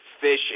fishing